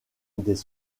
des